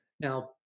now